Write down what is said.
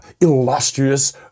illustrious